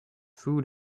food